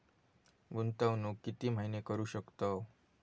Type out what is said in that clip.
गुंतवणूक किती महिने करू शकतव?